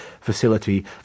facility